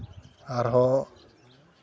ᱟᱨᱦᱚᱸ